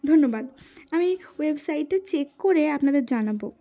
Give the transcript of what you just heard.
ধন্যবাদ আমি ওয়েবসাইটে চেক করে আপনাদের জানাবো